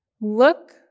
look